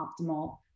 optimal